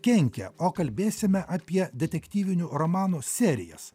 kenkia o kalbėsime apie detektyvinių romanų serijas